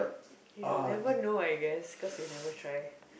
you'll never know I guess cause you never try